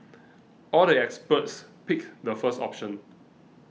all the experts picked the first option